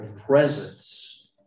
presence